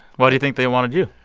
why do you think they wanted you?